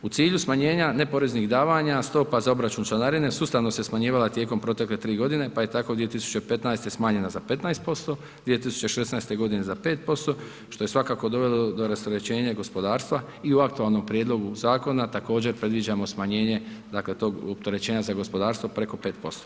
U cilju smanjenja neporeznih davanja, stopa za obračun članarine sustavno se smanjivala tijekom protekle 3 godine, pa je tako 2015. smanjena za 15%, 2016. za 5%, što je svakako dovelo do rasterećenja gospodarstva i u aktualnom prijedlogu zakona također previđamo smanjenje dakle tog opterećenja za gospodarstvo preko 5%